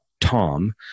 Tom